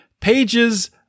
pages